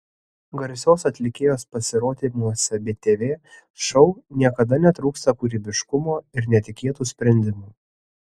garsios atlikėjos pasirodymuose btv šou niekada netrūksta kūrybiškumo ir netikėtų sprendimų